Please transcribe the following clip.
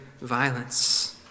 violence